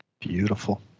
Beautiful